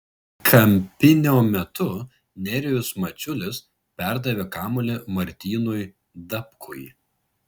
kampinio metu nerijus mačiulis perdavė kamuolį martynui dapkui